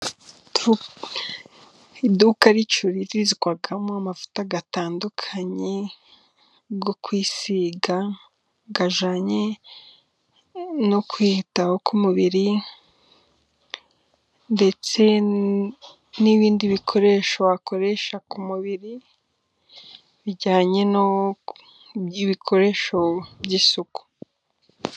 Iduka ricururirizwamo amavuta atandukanye yo kwisiga. Ajyanye no kwitaho k'umubiri ndetse n'ibindi bikoresho wakoresha ku mubiri bijyanyewo by'ibikoresho by'isuku.